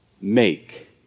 make